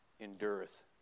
endureth